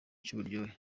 cy’uburyohe